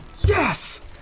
Yes